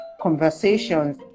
conversations